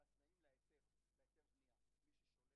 אנחנו יותר משקיעים מאמץ במניעה.